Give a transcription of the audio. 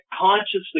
consciously